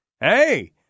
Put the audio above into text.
Hey